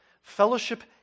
Fellowship